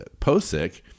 Posick